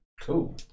Cool